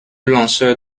lanceur